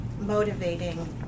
motivating